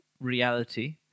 reality